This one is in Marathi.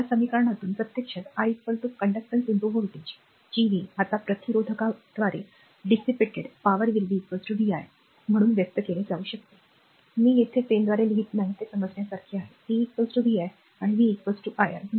या समीकरणातून प्रत्यक्षात i कंडक्टन्स व्होल्टेज Gv आता प्रतिरोधकाद्वारे उधळलेले p vi म्हणून व्यक्त केले जाऊ शकते मी येथे पेनद्वारे लिहित नाही आहे ते समजण्यासारखे p vi आणि v iR आहे